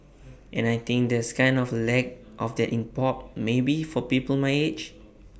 and I think there's kind of A lack of that in pop maybe for people my age